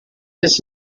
his